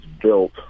built